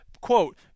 Quote